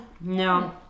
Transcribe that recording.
No